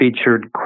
featured